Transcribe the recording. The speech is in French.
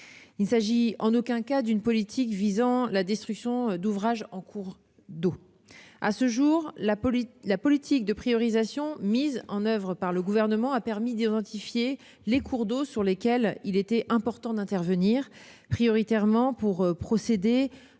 Il ne s'agit en aucun cas d'une politique visant la destruction d'ouvrages sur les cours d'eau. À ce jour, la politique de priorisation mise en oeuvre par le Gouvernement a permis d'identifier les cours d'eau sur lesquels il était important d'intervenir pour procéder